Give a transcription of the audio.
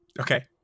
okay